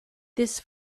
this